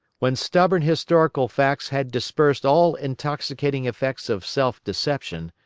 when stubborn historical facts had dispersed all intoxicating effects of self-deception,